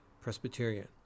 Presbyterian